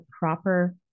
proper